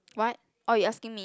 what orh you asking me